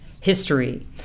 history